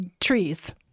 trees